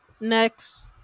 Next